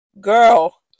girl